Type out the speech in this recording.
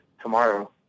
tomorrow